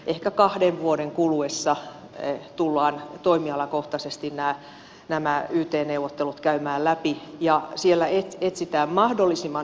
ehkä kahden vuoden kuluessa tullaan toimialakohtaisesti nämä yt neuvottelut käymään läpi ja siellä etsitään mahdollisimman yhteiskuntavastuullisia ratkaisuja